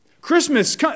Christmas